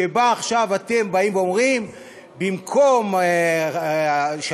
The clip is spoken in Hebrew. שבגללה עכשיו אתם באים ואומרים: במקום שהתאגיד